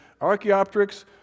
Archaeopteryx